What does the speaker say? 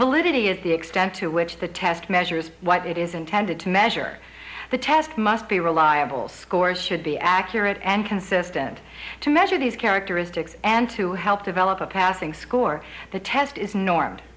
validity is the extent to which the test measures what it is intended to measure the test must be reliable scores should be accurate and consistent to measure these characteristics and to help develop a passing score the test is norm